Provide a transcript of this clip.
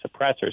suppressors